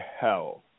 hell